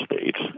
States